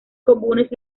comunes